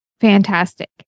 fantastic